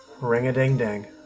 Ring-a-ding-ding